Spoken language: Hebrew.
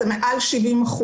זה מעל 70%,